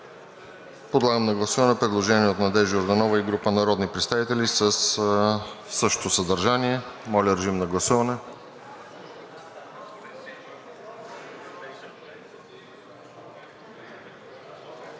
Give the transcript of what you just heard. Подлагам на гласуване предложение от Надежда Йорданова и група народни представители със същото съдържание. Гласували